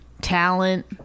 talent